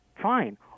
fine